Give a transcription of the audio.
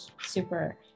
super